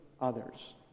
others